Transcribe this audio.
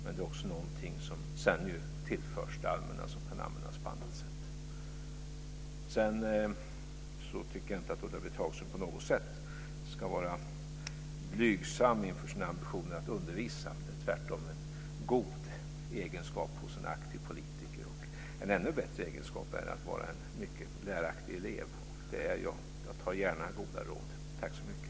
Men det är också någonting som sedan tillförs det allmänna, som kan användas på annat sätt. Sedan tycker jag inte att Ulla-Britt Hagström på något sätt ska vara blygsam inför sina ambitioner att undervisa. Det är tvärtom en god egenskap hos en aktiv politiker. En ännu bättre egenskap är att vara en mycket läraktig elev, och det är jag. Jag tar gärna goda råd. Tack så mycket!